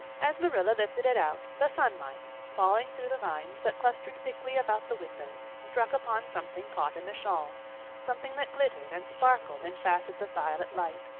as marilla lifted it out, the sunlight, falling through the vines that clustered thickly about the window, struck upon something caught in the shawl something that glittered and sparkled in facets of violet light.